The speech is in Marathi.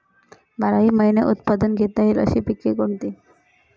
बाराही महिने उत्पादन घेता येईल अशी पिके कोणती?